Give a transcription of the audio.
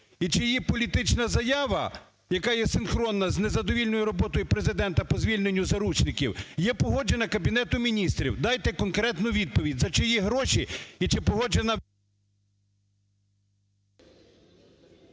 І чи її політична заява, яка є синхронна з незадовільною роботою Президента по звільненню заручників, є погоджена Кабінету Міністрів? Дайте конкретну відповідь, за чиї гроші і чи погоджена...